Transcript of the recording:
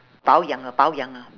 保养 ah 保养 ah